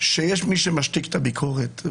שיש מי שמשתיק את הביקורת.